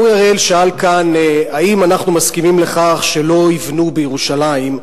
אורי אריאל שאל כאן אם אנחנו מסכימים לכך שלא יבנו בירושלים.